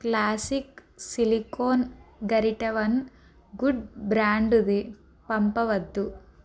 classic silicone గరిటె one good బ్రాండుది పంపవద్దు